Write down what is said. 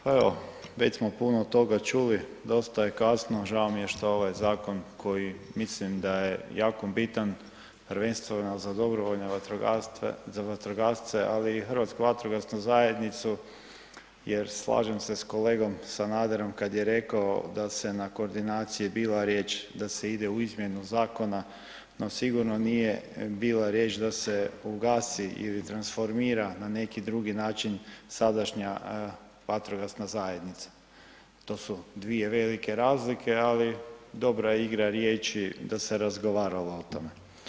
Pa evo, već smo puno toga čuli, dosta je kasno, žao mi je što ovaj zakon koji mislim da je jako bitan prvenstveno za dobrovoljne vatrogasce, ali i Hrvatsku vatrogasnu zajednicu jer slažem se s kolegom Sanaderom kad je rekao da se na koordinaciji bila riječ da se ide u izmjenu zakona, no sigurno nije bila riječ da se ugasi ili transformira na neki drugi način sadašnja vatrogasna zajednica, to su dvije velike razlike, ali dobra je igra riječi da se razgovaralo o tome.